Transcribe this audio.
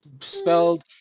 spelled